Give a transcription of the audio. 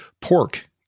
pork